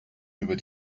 über